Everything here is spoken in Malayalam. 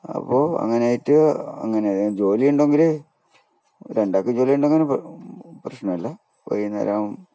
അപ്പോൾ അങ്ങനെയായിട്ട് അങ്ങനെ ആയാൽ ജോലി ഉണ്ടങ്കിൽ രണ്ടാൾക്കും ജോലി ഉണ്ടെങ്കിൽ പ്രശ്നമില്ല വൈകുന്നേരം